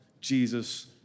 Jesus